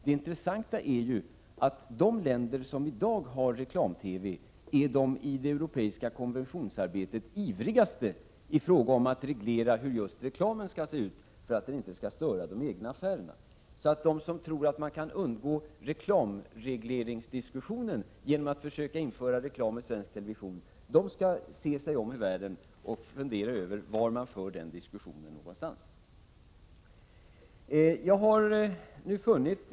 Det intressanta är ju att de länder som i dag har reklam-TV är ivrigast i det europeiska konventionsarbetet i fråga om att reglera hur reklamen skall se ut för att den inte skall störa de egna affärerna. De som tror att man kan undgå reklamregleringsdiskussionen genom att införa reklam i svensk television bör se sig om i världen och fundera över var den diskussionen förs någonstans.